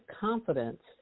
confidence